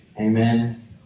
amen